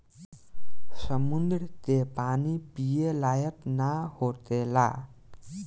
समुंद्र के पानी पिए लायक ना होखेला